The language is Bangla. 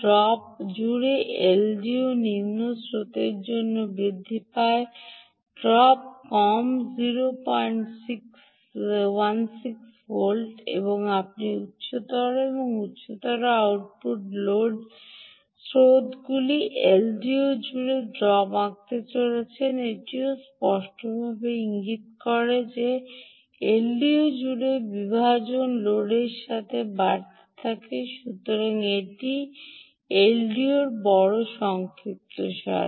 ড্রপ জুড়ে এলডিওও নিম্ন স্রোতের জন্য বৃদ্ধি পায় ড্রপ কম 016 ভোল্ট এবং আপনি উচ্চতর এবং উচ্চতর আউটপুট লোড স্রোতগুলি এলডিও জুড়ে ড্রপ আঁকতে চলেছেন এটিও স্পষ্টভাবে ইঙ্গিত করে যে এলডিও জুড়ে বিভাজন লোডের সাথে বাড়তে থাকে বর্তমান এটি এলডিওর বড় সংক্ষিপ্তসার